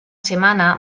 semana